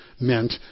meant